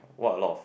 what a lot of